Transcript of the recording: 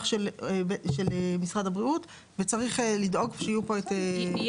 של משרד הבריאות וצריך לדאוג שיהיו פה הוראות פיקוח.